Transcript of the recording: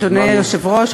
אדוני היושב-ראש,